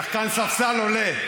עיסאווי, שחקן ספסל עולה.